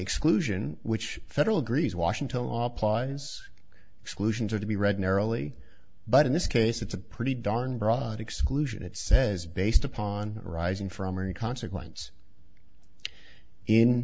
exclusion which federal griese washington law applies exclusions are to be read narrowly but in this case it's a pretty darn broad exclusion it says based upon arising from any consequence in